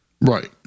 Right